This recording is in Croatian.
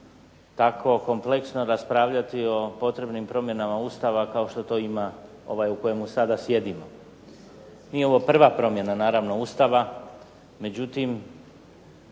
tako kompleksno raspravljati o potrebnim promjenama Ustava kao što to ima ovaj u kojemu sada sjedimo. Nije ovo prva promjena naravno Ustava, međutim